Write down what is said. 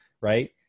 Right